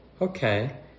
Okay